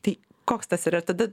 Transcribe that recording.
tai koks tas yra tada